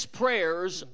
prayers